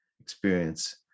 experience